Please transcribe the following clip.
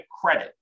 credit